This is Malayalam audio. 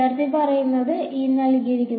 വിദ്യാർത്ഥി